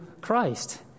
Christ